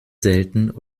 selten